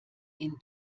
ihn